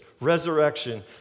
resurrection